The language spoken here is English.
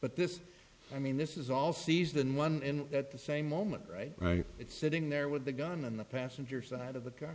but this i mean this is all season one and at the same moment right right it's sitting there with a gun on the passenger side of the gun